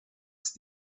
ist